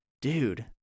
dude